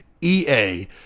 EA